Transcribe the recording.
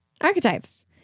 archetypes